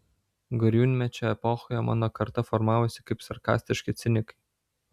gariūnmečio epochoje mano karta formavosi kaip sarkastiški cinikai